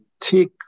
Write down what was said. take